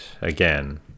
again